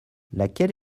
laquelle